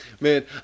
Man